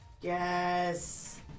Yes